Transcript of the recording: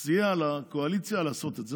סייע לקואליציה לעשות את זה.